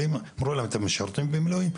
אמרו להם: אתם משרתים במילואים?